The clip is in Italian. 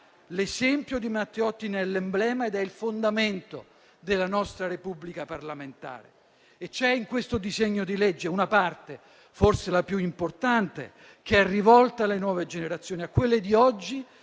L'esempio di Matteotti ne è l'emblema ed è il fondamento della nostra Repubblica parlamentare. C'è in questo disegno di legge una parte, forse la più importante, che è rivolta alle nuove generazioni, a quelle di oggi